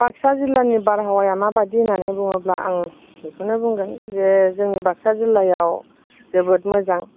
बाक्सा जिल्लानि बारहावाया माबादि होन्नानै बुङोब्ला आं बेखौनो बुंगोन जे जोंनि बाक्सा जिल्लायाव जोबोद मोजां